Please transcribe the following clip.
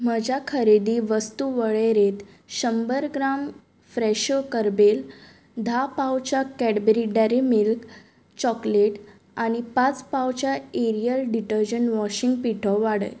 म्हज्या खरेदी वस्तू वळेरेत शंबर ग्राम फ्रॅशो करबेल धा पावचां कॅडबेरी डॅरी मिल्क चॉकलेट आनी पांच पावचां एरयल डिटर्जंट वॉशींग पिठो वाडय